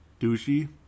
douchey